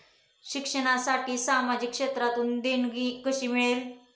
शिक्षणासाठी सामाजिक क्षेत्रातून देणगी कशी मिळेल?